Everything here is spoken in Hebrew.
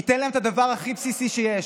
ייתן להם את הדבר הכי בסיסי שיש,